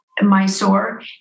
Mysore